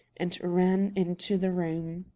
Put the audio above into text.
and ran into the room.